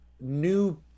new